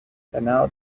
hanaud